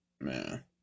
man